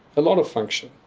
a lot of function.